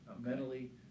mentally